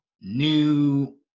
new